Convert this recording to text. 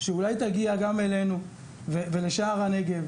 שאולי תגיע גם אלינו ולשער הנגב.